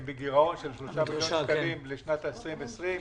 הם בגירעון של 3 מיליון שקלים לשנת 2020,